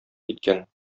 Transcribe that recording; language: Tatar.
киткән